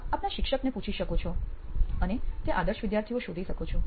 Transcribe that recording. આપ આપના શિક્ષકને પૂછી શકો છો અને તે આદર્શ વિદ્યાર્થીઓ શોધી શકો છો